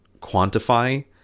quantify